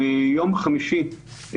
ביום חמישי,